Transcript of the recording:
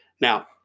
Now